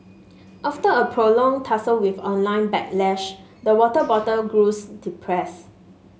after a prolonged tussle with online backlash the water bottle grows depressed